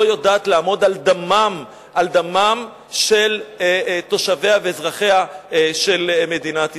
לא יודעת לעמוד על דמם של תושביה ואזרחיה של מדינת ישראל.